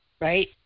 Right